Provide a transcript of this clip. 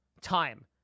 time